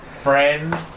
friend